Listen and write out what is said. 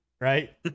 right